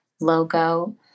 logo